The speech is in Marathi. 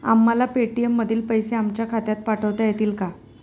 आम्हाला पेटीएम मधील पैसे आमच्या खात्यात पाठवता येतील का?